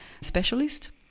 specialist